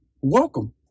welcome